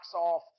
off